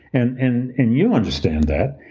and and and you understand that.